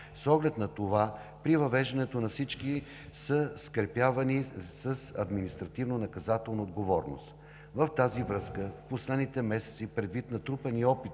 С оглед на това при въвеждането на всички са скрепявани с административнонаказателна отговорност. В тази връзка в последните месеци, предвид натрупания опит